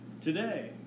Today